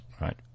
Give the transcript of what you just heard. Right